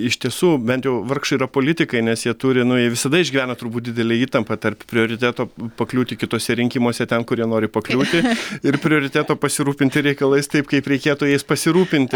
iš tiesų bent jau vargšai yra politikai nes jie turi nu jie visada išgyvena turbūt didelę įtampą tarp prioriteto pakliūti kituose rinkimuose ten kur jie nori pakliūti ir prioriteto pasirūpinti reikalais taip kaip reikėtų jais pasirūpinti